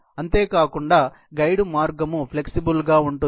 అంతేకాక గైడ్ మార్గం ఫ్లెక్సిబుల్ గా ఉంటుంది